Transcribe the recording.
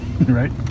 Right